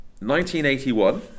1981